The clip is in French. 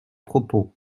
propos